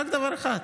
רק דבר אחד: